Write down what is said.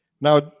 now